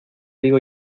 digo